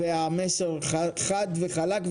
המסר הוא חד וחלק.